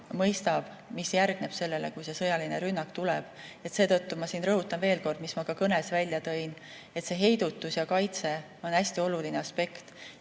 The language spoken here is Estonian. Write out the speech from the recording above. mis järgneb sellele, kui see sõjaline rünnak tuleb. Seetõttu ma rõhutan veel kord, nagu ma ka kõnes välja tõin, et see heidutus ja kaitse on hästi oluline aspekt,